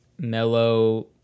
mellow